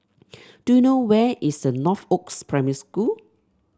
do you know where is the Northoaks Primary School